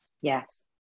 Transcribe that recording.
Yes